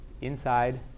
inside